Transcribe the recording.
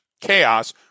chaos